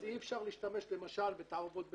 אי אפשר להשתמש בתערובות בטון,